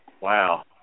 Wow